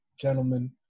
gentlemen